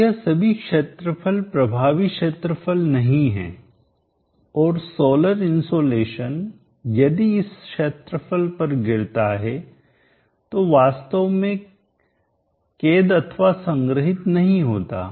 अब यह सभी क्षेत्रफल प्रभावी क्षेत्रफल नहीं है और सोलर इनसोलेशन यदि इस क्षेत्रफल पर गिरता है तो वास्तव में कैद अथवा संग्रहित नहीं होता